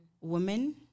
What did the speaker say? women